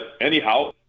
anyhow